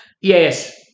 yes